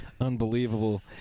Unbelievable